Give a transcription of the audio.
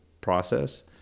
process